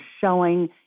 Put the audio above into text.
showing